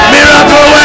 Miracle